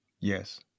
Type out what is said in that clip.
Yes